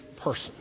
person